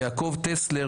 יעקב טסלר,